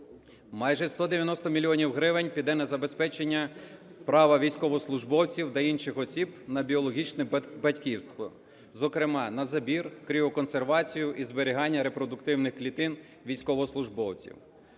Майже 190 мільйонів гривень піде на забезпечення права військовослужбовців та інших осіб на біологічне батьківство, зокрема на забір, кріоконсервацію і зберігання репродуктивних клітин військовослужбовців.